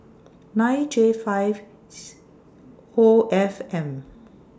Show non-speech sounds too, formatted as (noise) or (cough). nine J five (noise) O F M